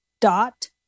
dot